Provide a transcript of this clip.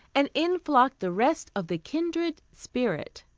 and in flocked the rest of the kindred spirit,